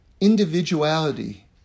individuality